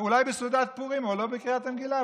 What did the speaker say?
אולי בסעודת פורים, אבל לא בקריאת המגילה.